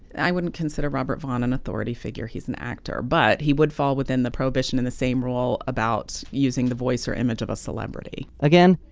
i wouldn't consider robert vaughn an authority figure, he's an actor, but he would fall within the prohibitions in the same role about using the voice or image of a celebrity again,